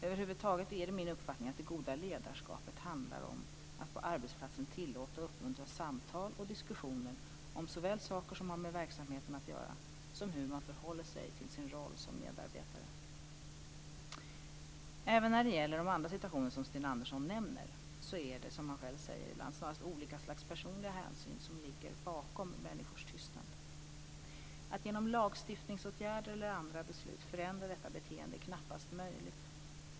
Över huvud taget är det min uppfattning att det goda ledarskapet handlar om att på arbetsplatsen tillåta och uppmuntra samtal och diskussioner om såväl saker som har med verksamheten att göra som hur man förhåller sig till sin roll som medarbetare. Även när det gäller de andra situationer som Sten Andersson nämner är det - som han själv säger - snarast olika slags personliga hänsyn som ligger bakom människors tystnad. Att genom lagstiftningsåtgärder eller andra beslut förändra detta beteende är knappast möjligt.